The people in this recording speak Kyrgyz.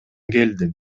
келдим